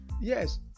Yes